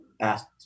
asked